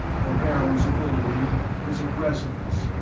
the baron's ability, his aggressiveness,